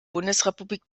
bundesrepublik